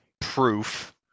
proof